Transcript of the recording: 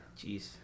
Jeez